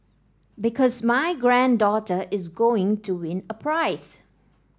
because my granddaughter is going to win a prize